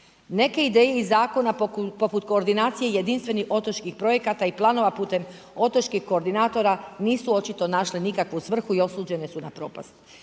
Neke ideje iz zakona poput koordinacije jedinstvenih otočkih projekata i planova putem otočkih koordinatora, nisu očito našli nikakvu svrhu i osuđene su propast.